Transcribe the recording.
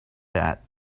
that